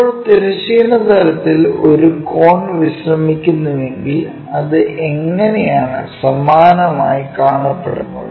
ഇപ്പോൾ തിരശ്ചീന തലത്തിൽ ഒരു കോൺ വിശ്രമിക്കുന്നുവെങ്കിൽ അത് എങ്ങനെയാണ് സമാനമായി കാണപ്പെടുന്നത്